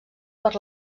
per